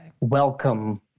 welcome